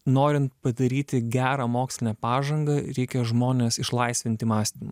norint padaryti gerą mokslinę pažangą reikia žmones išlaisvinti mąstymui